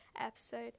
episode